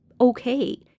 okay